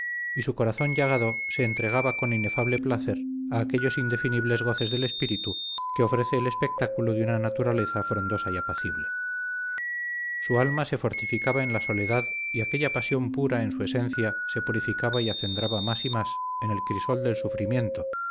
y su corazón llagado se entregaba con inefable placer a aquellos indefinibles goces del espíritu que ofrece el espectáculo de una naturaleza frondosa y apacible su alma se fortificaba en la soledad y aquella pasión pura en su esencia se purificaba y acendraba más y más en el crisol del sufrimiento